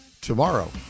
tomorrow